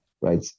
right